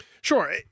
Sure